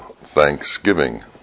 Thanksgiving